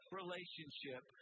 relationship